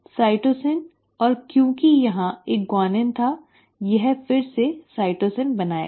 cytosine और यहाँ चूंकि एक ग्वानिन था यह फिर से साइटोसिन बनाएगा